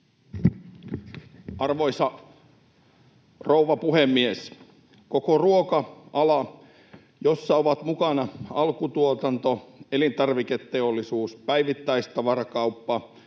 Arvoisa rouva puhemies! Koko ruoka-ala, jossa ovat mukana alkutuotanto, elintarviketeollisuus, päivittäistavarakauppa